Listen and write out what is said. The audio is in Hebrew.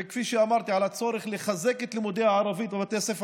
וכפי שאמרתי על הצורך לחזק את לימודי הערבית בבתי הספר